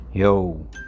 Yo